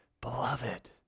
beloved